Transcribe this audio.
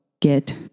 get